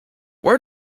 where